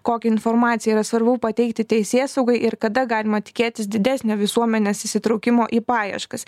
kokią informaciją yra svarbiau pateikti teisėsaugai ir kada galima tikėtis didesnio visuomenės įsitraukimo į paieškas